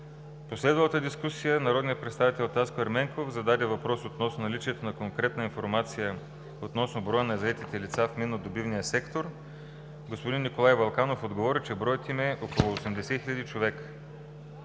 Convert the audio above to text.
В последвалата дискусия народният представител Таско Ерменков зададе въпрос относно наличието на конкретна информация относно броя на заетите лица в минно-добивния сектор. Господин Николай Вълканов отговори, че броят им е около 80 хиляди човека.